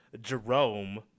Jerome